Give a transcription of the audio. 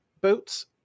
boats